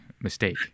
mistake